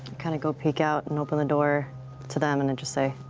kind of go peek out and open the door to them and then just say